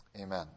Amen